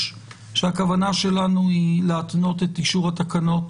שהכוונה שלנו היא להתנות את אישור התקנות